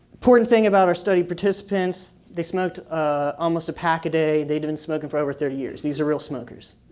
important thing about our study participants, they smoked almost a pack a day. they'd been smoking for over thirty years, these are real smokers.